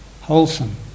wholesome